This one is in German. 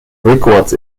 records